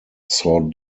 saw